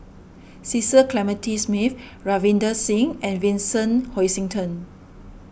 Cecil Clementi Smith Ravinder Singh and Vincent Hoisington